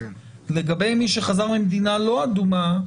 לגבי מי שחזר ממדינה לא אדומה,